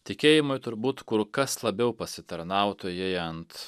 tikėjimui turbūt kur kas labiau pasitarnautų jei ant